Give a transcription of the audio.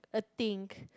a think